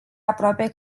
aproape